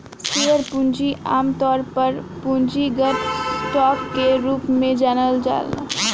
share पूंजी आमतौर पर पूंजीगत स्टॉक के रूप में जनाला